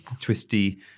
twisty